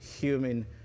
human